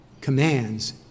commands